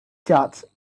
judge